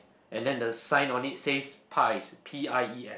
and then the sign on it says pies P_I_E_S